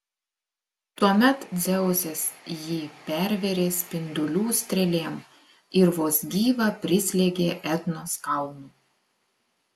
tuomet dzeusas jį pervėrė spindulių strėlėm ir vos gyvą prislėgė etnos kalnu